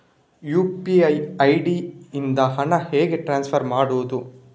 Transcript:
UPI ID ಇಂದ ಹಣ ಹೇಗೆ ಟ್ರಾನ್ಸ್ಫರ್ ಮಾಡುದು?